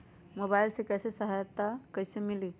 Mobile से बेचे में सहायता कईसे मिली?